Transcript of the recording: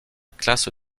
classe